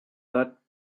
but